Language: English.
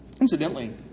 Incidentally